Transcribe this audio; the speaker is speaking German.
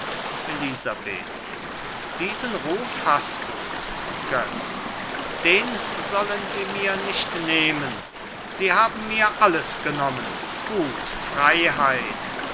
elisabeth diesen ruf hast du götz den sollen sie mir nicht nehmen sie haben mir alles genommen gut freiheit